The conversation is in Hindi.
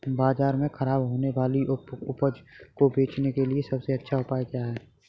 बाजार में खराब होने वाली उपज को बेचने के लिए सबसे अच्छा उपाय क्या है?